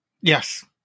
Yes